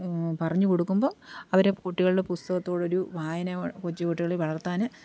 പറഞ്ഞ് കൊടുക്കുമ്പോള് അവര് കുട്ടികളില് പുസ്തകത്തോടൊരു വായന കൊച്ചുകുട്ടികളില് വളർത്താന്